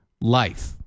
life